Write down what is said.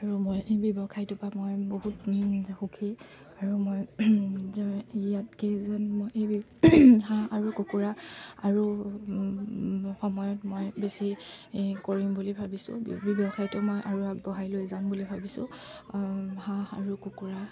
আৰু মই এই ব্যৱসায়টোৰপৰা মই বহুত সুখী আৰু মই ইয়াত কেইজন মই এই হাঁহ আৰু কুকুৰা আৰু সময়ত মই বেছি কৰিম বুলি ভাবিছোঁ ব্যৱসায়টো মই আৰু আগবঢ়াই লৈ যাম বুলি ভাবিছোঁ হাঁহ আৰু কুকুৰা